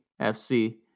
FC